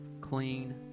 clean